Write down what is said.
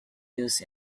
used